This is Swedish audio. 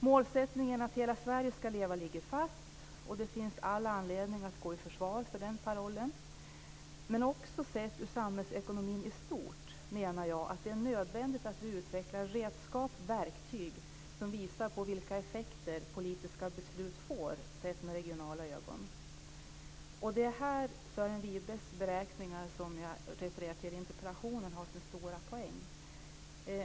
Målsättningen att hela Sverige ska leva ligger fast och det finns all anledning att gå i försvar för den parollen, men också sett till samhällsekonomin i stort menar jag att det är nödvändigt att vi utvecklar redskap, verktyg, som visar på vilka effekter politiska beslut får, sett med regionala ögon. Det är här Sören Wibes beräkningar, som jag refererar till i interpellationen, har så stora poäng.